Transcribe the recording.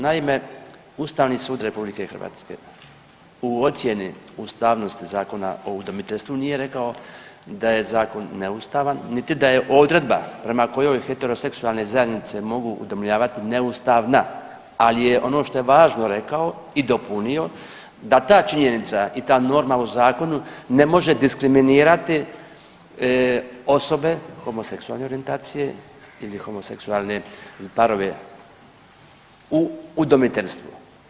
Naime, Ustavni sud RH u ocjeni ustavnosti Zakona o udomiteljstvu nije rekao da je zakon neustavan, niti da je odredba prema kojoj heteroseksualne zajednice mogu udomljavati neustavna, ali ono što je važno rekao i dopunio da ta činjenica i ta norma u zakonu ne može diskriminirati osobe homoseksualne orijentacije ili homoseksualne parove u udomiteljstvu.